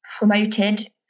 promoted